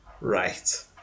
right